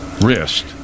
wrist